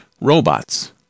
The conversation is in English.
robots